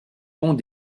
pont